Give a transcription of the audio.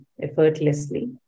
effortlessly